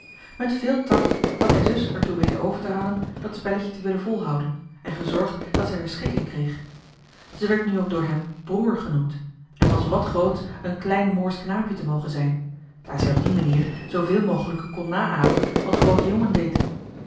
met veel takt had hij zus er toe weten over te halen dat spelletje te willen volhouden en gezorgd dat zij er schik in kreeg ze werd nu ook door hem broer joh h been paddeltje de scheepsjongen van michiel de ruijter genoemd en was wat grootsch een klein moorsch knaapje te mogen zijn daar zij op die manier zooveel mogelijk kon na apen wat groote jongen deed